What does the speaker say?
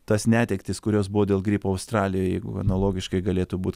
tas netektis kurios buvo dėl gripo australijoj jeigu analogiškai galėtų būt